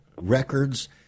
records